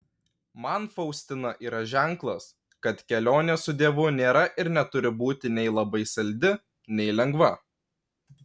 man faustina yra ženklas kad kelionė su dievu nėra ir neturi būti nei labai saldi nei lengva